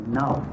now